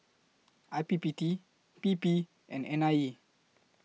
I P P T P P and N I E